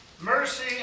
mercy